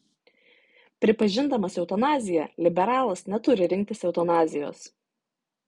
pripažindamas eutanaziją liberalas neturi rinktis eutanazijos